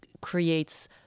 creates